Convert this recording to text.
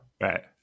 Right